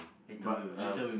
but uh